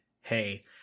hey